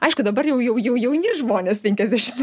aišku dabar jau jau jauni žmonės penkiasdešim